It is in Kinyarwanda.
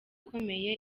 ikomeye